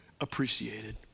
appreciated